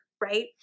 Right